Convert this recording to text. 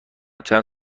چند